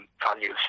values